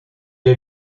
est